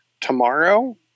tomorrow